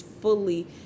fully